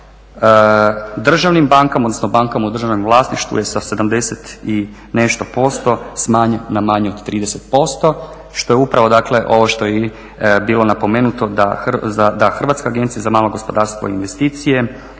državnim bankama, odnosno bankama u državnom vlasništvu je sa 70 i nešto posto smanjen na manje od 30% što je upravo dakle ovo što je i bilo napomenuto da Hrvatska agencija za malo gospodarstvo i investicije